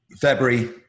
February